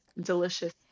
delicious